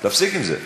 להפסיק עם זה.